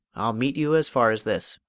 i'll meet you as far as this.